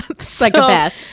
psychopath